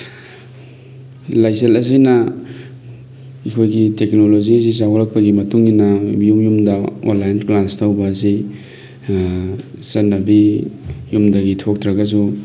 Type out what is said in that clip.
ꯂꯥꯏꯆꯠ ꯑꯁꯤꯅ ꯑꯩꯈꯣꯏꯒꯤ ꯇꯦꯛꯅꯣꯂꯣꯖꯤꯁꯤ ꯆꯥꯎꯈꯠꯂꯛꯄꯒꯤ ꯃꯇꯨꯡ ꯏꯟꯅ ꯌꯨꯝ ꯌꯨꯝꯗ ꯑꯣꯟꯂꯥꯏꯟ ꯀ꯭ꯂꯥꯁ ꯇꯧꯕ ꯑꯁꯤ ꯆꯠꯅꯕꯤ ꯌꯨꯝꯗꯒꯤ ꯊꯣꯛꯇ꯭ꯔꯒꯁꯨ